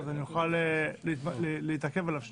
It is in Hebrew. אם תראה שוב את השקף אז אני אוכל להתעכב עליו שנייה.